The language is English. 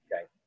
Okay